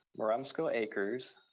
marumsco acres,